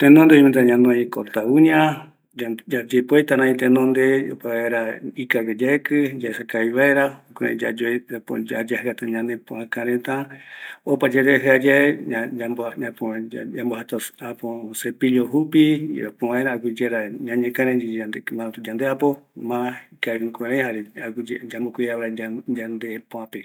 Tenonde oimeta ñanoi corta uña, yayepoeta rari tenonde, yaekɨ kavi vaera, jayave yayajɨata ñanepuape reta, opa yayajɨa yave yamboaja cepillo jupi, isɨi kavi vaera, jukurai yambo cuida ñanepoape